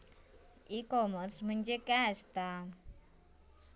E commerce म्हणजे काय असा?